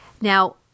Now